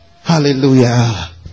Hallelujah